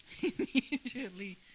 Immediately